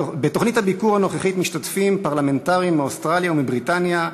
בתוכנית הביקור הנוכחית משתתפים פרלמנטרים מאוסטרליה ומבריטניה,